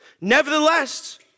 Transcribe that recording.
Nevertheless